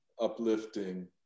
uplifting